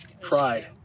Pride